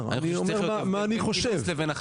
אני חושב שצריך להיות הבדל בין כינוס לבין החלטה.